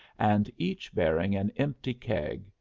and each bearing an empty keg,